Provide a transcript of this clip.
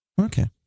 Okay